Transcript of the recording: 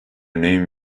name